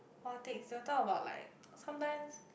politics they will talk about like sometimes